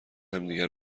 همدیگه